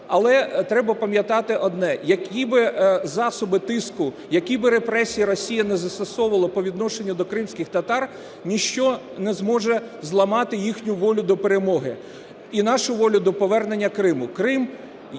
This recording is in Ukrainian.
Але треба пам'ятати одне: які б засоби тиску, які б репресії Росія не застосовувала по відношенню до кримських татар, ніщо не зможе зламати їхню волю до перемоги і нашу волю до повернення Криму.